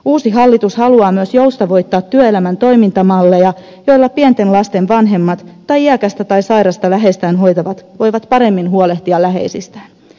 uusi hallitus haluaa myös joustavoittaa työelämän toimintamalleja joilla pienten lasten vanhemmat tai iäkästä tai sairasta läheistään hoitavat voivat paremmin huolehtia läheisistään